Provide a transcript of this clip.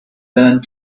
learned